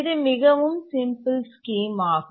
இது மிகவும் simple scheme ஆகும்